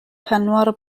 penwar